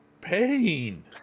pain